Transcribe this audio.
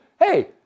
hey